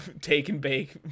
take-and-bake